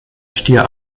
stier